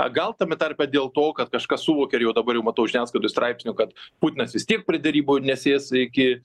gal tame tarpe dėl to kad kažkas suvokė ir jau dabar jau matau žiniasklaidoj straipsnių kad putinas vis tiek prie derybų nesės iki